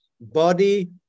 body